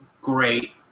great